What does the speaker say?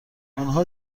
آنها